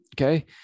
okay